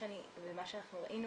מה שאנחנו ראינו